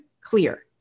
clear